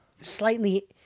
slightly